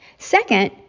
Second